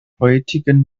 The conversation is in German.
heutigen